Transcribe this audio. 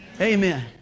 Amen